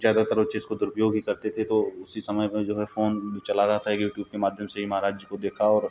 ज़्यादातर और जो इसको दुरुपयोग ही करते थे तो उसी समय में जो है फ़ोन जो चला रहा था क्योंकि उसके माध्यम से ही महाराज जी को देखा और